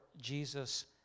Jesus